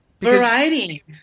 Variety